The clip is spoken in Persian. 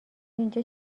اینجا